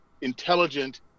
intelligent